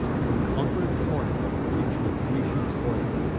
from conquer'd corinth, rich with grecian spoils.